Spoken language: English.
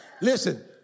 Listen